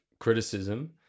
criticism